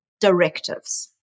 directives